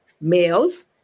males